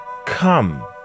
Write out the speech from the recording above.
Come